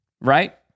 right